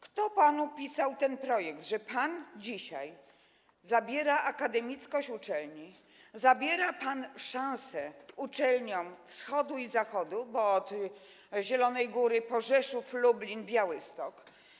Kto panu pisał ten projekt, że pan dzisiaj zabiera akademickość uczelniom, zabiera szanse uczelniom ze wschodu i z zachodu, od Zielonej Góry po Rzeszów, Lublin, Białystok?